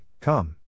Come